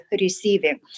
receiving